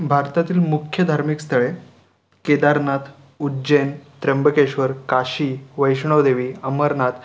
भारतातील मुख्य धार्मिक स्थळे केदारनाथ उज्जैन त्र्यंबकेश्वर काशी वैष्णोदेवी अमरनाथ